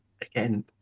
Again